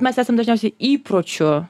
mes esam dažniausiai įpročių